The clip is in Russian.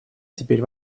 теперь